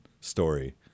story